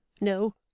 No